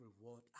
reward